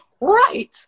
Right